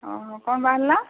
ଓ ହଁ କ'ଣ ବାହାରିଲା